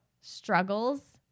struggles